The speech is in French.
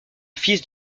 fils